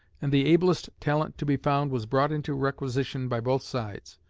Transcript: and the ablest talent to be found was brought into requisition by both sides.